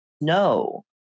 No